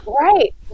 Right